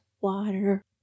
water